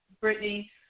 Brittany